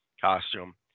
costume